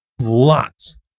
lots